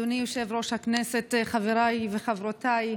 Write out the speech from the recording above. אדוני יושב-ראש הכנסת, חבריי וחברותיי,